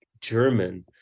German